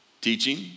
Teaching